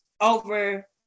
Over